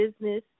business